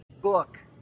book